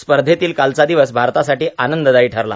स्पर्धेतील कालचा दिवस भारतासाठी आनंददायी ठरला